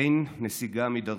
אין נסיגה מדרכנו,